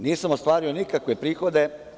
Nisam ostvario nikakve prihode.